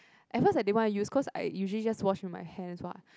ever daddy want I use cause I usually just wash with my hands what